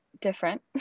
different